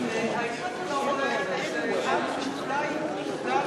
האם אתה לא רואה איזה אקט שאולי הוא גם,